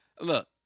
look